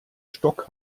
stock